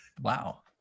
wow